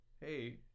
hey